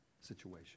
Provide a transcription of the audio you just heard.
situation